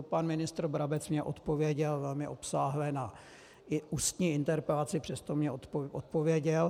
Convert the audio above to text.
Pan ministr Brabec mně odpověděl velmi obsáhle na i ústní interpelaci, přesto mně odpověděl.